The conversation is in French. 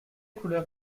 couleur